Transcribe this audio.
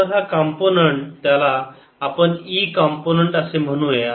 तर हा कॉम्पोनन्ट त्याला आपण E कॉम्पोनन्ट म्हणूयात